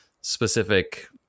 specific